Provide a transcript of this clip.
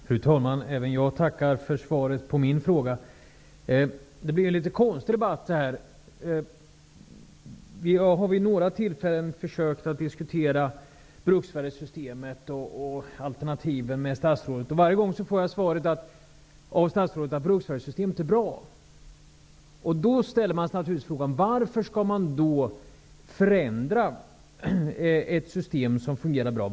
Fru talman! Även jag tackar för svaret på min fråga. Detta blir ju en litet konstig debatt. Jag har vid några tillfällen försökt att diskutera bruksvärdessystemet och alternativen med statsrådet. Varje gång får jag av statsrådet svaret att bruksvärdessystemet är bra. Då ställer jag mig naturligtvis frågan varför man skall förändra ett system som fungerar bra.